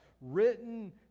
written